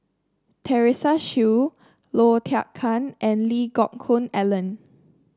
Teresa Hsu Low Thia Khiang and Lee Geck Hoon Ellen